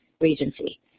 Regency